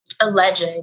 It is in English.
alleged